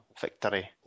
victory